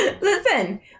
Listen